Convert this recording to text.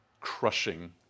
Crushing